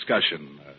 discussion